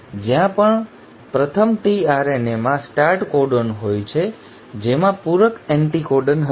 જ્યાં પણ પ્રથમ tRNAમાં સ્ટાર્ટ કોડન હોય છે જેમાં પૂરક એન્ટિકોડન હશે